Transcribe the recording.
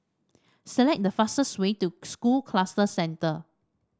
select the fastest way to School Cluster Centre